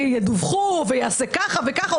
שידווחו וייעשה כך וכך.